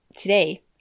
today